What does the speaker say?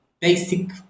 Basic